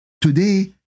Today